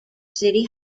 city